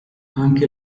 anche